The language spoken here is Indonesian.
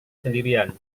sendirian